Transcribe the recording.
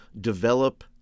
develop